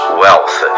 wealth